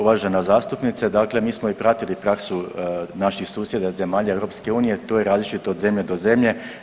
Uvažena zastupnice, dakle mi smo i pratili praksu naših susjeda zemalja EU, to je različito od zemlje do zemlje.